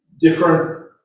different